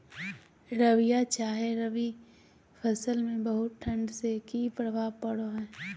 रबिया चाहे रवि फसल में बहुत ठंडी से की प्रभाव पड़ो है?